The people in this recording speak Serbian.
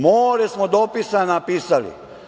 More smo dopisa napisali.